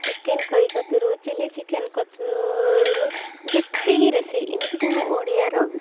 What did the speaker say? chicken curry କତିରୁ chilli chicken କତିରୁ ଯେତିକି ରୋଷେଇ ଏମିତି କି ଆମ ଓଡ଼ିଆ ର